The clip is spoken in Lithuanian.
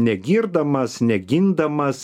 negirdamas negindamas